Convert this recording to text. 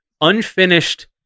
unfinished